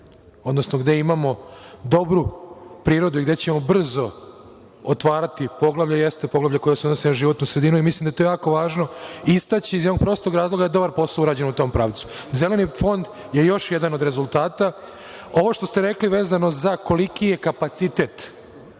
odnosno gde imamo dobru prirodu i gde ćemo brzo otvarati poglavlja, jeste poglavlje koje se odnosi na životnu sredinu. Mislim da je to jako važno istaći, iz jednog prostog razloga što je dobar posao urađen u tom pravcu. Zeleni fond je još jedan od rezultata. Ovo što ste rekli vezano za to koliki je kapacitet,